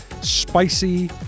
spicy